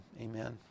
amen